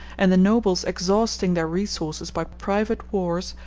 and the nobles exhausting their resources by private wars,